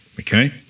okay